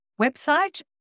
website